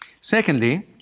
Secondly